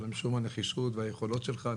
אלא משום הנחישות והיכולות שלך.